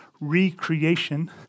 recreation